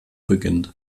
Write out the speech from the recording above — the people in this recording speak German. beginnt